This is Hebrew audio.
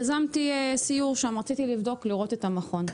יזמתי סיור במכון התקנים כי רציתי לראות את המכון.